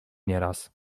nieraz